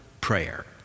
prayer